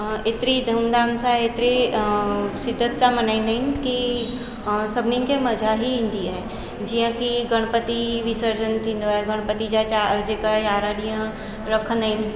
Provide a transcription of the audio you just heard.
एतिरी धूमधाम सां एतिरी शिदत सां मल्हाईंदा आहिनि की सभिनिनि खे मज़ा ई ईंदी आहे जीअं कि गणपति विसर्जन थींदो आहे गणपति जा चारि जेका यारहं ॾींहं रखंदा आहिनि